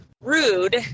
rude